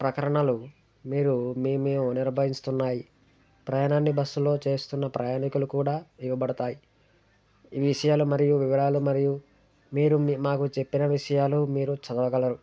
ప్రకరణలు మీరు మీ మీ ఓనర్ భావిస్తున్నాయి ప్రయాణాన్ని బస్సులో చేస్తున్న ప్రయాణికులు కూడా ఇవ్వబడతాయి ఈ విషయాలు మరియు వివరాలు మరియు మీరు మాకు చెప్పిన విషయాలు మీరు చదవగలరు